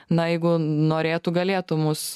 na jeigu norėtų galėtų mus